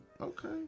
Okay